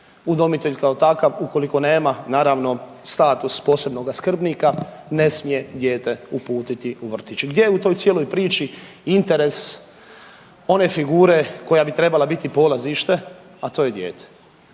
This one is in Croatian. udomitelj kao takav ukoliko nema naravno status posebnoga skrbnika ne smije dijete uputiti u vrtić. Gdje je u toj cijeloj priči interes one figure koja bi trebala biti polazište, a to je dijete?